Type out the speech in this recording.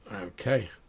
okay